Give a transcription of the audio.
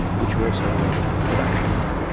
which we are also engaged in the production of.